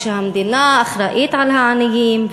והמדינה אחראית לעניים,